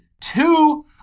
two